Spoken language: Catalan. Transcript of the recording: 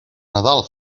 nadal